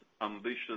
ambitious